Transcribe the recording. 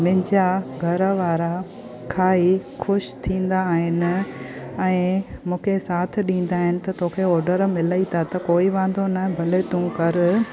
मुंहिंजा घर वारा खाई ख़ुश थींदा आहिनि ऐं मूंखे साथ ॾींदा आहिनि त तोखे ऑडर मिलनि त त कोई वांदो न भले तू कर